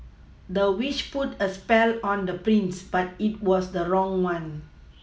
the witch put a spell on the prince but it was the wrong one